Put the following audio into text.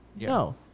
No